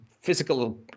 physical